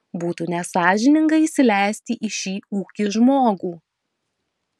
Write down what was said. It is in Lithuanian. būtų nesąžininga įsileisti į šį ūkį žmogų